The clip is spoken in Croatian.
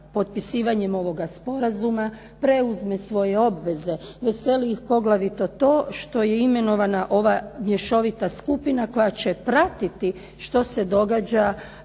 potpisivanjem ovog sporazuma preuzme svoje obveze. Veseli ih poglavito to što je imenovana ova mješovita skupina koja će pratiti što se događa